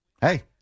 Hey